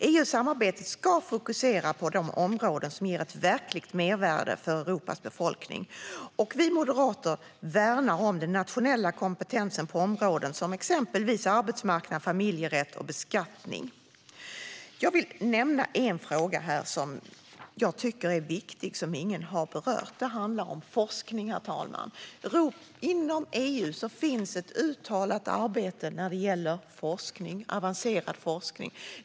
EU-samarbetet ska fokusera på de områden som ger ett verkligt mervärde för Europas befolkning. Vi moderater värnar om den nationella kompetensen på områden som exempelvis arbetsmarknad, familjerätt och beskattning. Jag vill nämna en fråga som jag tycker är viktig men som ingen har berört här. Det handlar om forskning, herr talman. Inom EU finns ett uttalat arbete när det gäller forskning - avancerad forskning.